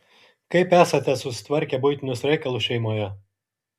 kaip esate susitvarkę buitinius reikalus šeimoje